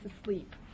asleep